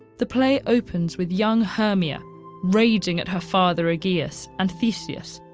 the play opens with young hermia raging at her father egeus and theseus,